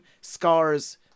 scars